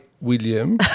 William